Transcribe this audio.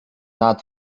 not